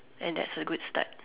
and that's a good start